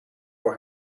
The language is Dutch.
voor